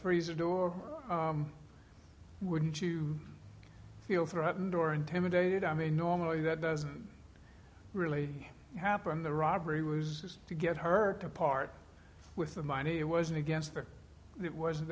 freezer door wouldn't you feel threatened or intimidated i mean normally that doesn't really happen the robbery was to get her to part with the money it wasn't against her it was